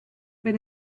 but